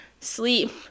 Sleep